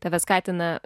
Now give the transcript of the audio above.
tave skatina